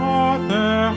author